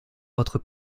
autre